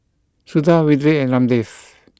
Suda Vedre and Ramdev